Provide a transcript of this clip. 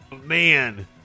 Man